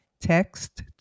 Text